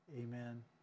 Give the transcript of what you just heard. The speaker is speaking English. amen